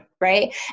right